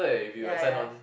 ya ya